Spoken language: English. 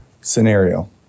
Scenario